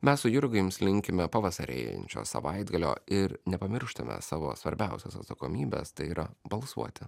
mes su jurga jums linkime pavasarėjančio savaitgalio ir nepamirštame savo svarbiausios atsakomybės tai yra balsuoti